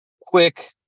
quick